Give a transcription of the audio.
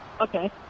Okay